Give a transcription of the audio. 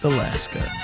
Alaska